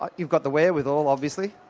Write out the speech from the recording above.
but you've got the wherewithal obviously.